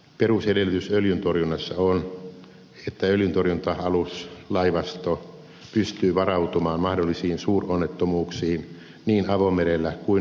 perusedellytys öljyntorjunnassa on että öljyntorjunta aluslaivasto pystyy varautumaan mahdollisiin suuronnettomuuksiin niin avomerellä kuin ulkosaaristossa